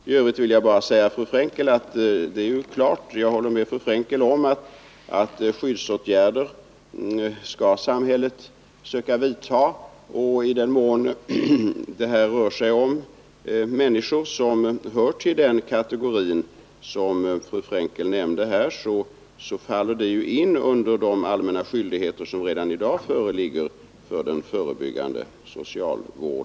I övrigt vill jag bara säga till fru Fr&nkel att jag håller med om att samhället skall söka vidta skyddsåtgärder, och i den mån det här rör sig om människor av den kategori som fru Frenkel nämnde så faller ju detta under de allmänna skyldigheter som den förebyggande socialvården redan i dag har.